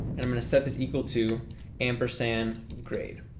and i'm gonna set this equal to ampersand grade.